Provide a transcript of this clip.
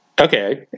Okay